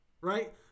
right